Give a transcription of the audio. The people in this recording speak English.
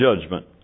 judgment